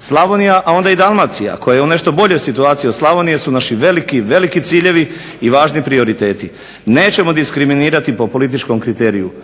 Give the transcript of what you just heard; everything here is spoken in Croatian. Slavonija a onda i Dalmacija koja je u nešto boljoj situaciji od Slavonije su naši veliki, veliki ciljevi i važni prioriteti. Nećemo diskriminirati po političkom kriteriju.